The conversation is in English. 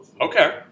Okay